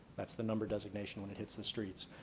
that's the number designation when it hits the streets.